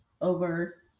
over